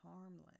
harmless